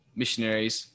missionaries